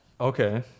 Okay